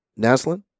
Naslin